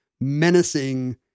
menacing